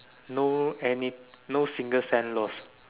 no any no single cent lost